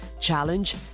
challenge